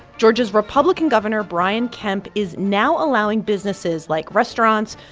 georgia's republican gov. and brian kemp is now allowing businesses like restaurants,